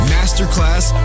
Masterclass